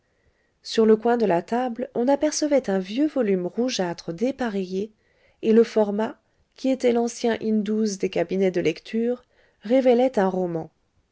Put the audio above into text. sur le coin de la table on apercevait un vieux volume rougeâtre dépareillé et le format qui était l'ancien in des cabinets de lecture révélait un roman